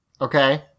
Okay